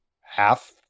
half